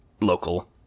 local